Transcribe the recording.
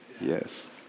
Yes